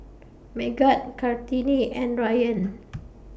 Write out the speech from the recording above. Megat Kartini and Ryan